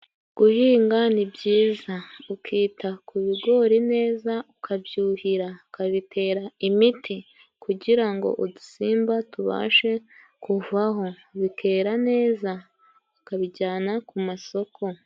Guhinga ni byiza ukita ku bigori neza ukabyuhira ukabitera imiti, kugira ngo udusimba tubashe kuvaho bikera neza ukabijyana ku masoko.